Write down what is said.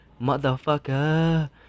motherfucker